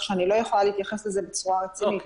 שאני לא יכולה להתייחס לזה בצורה רצינית.